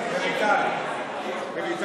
לנו התנגדות שזה יעבור לוועדת המדע.